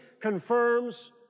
confirms